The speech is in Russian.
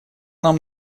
нам